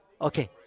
Okay